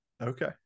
Okay